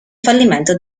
fallimento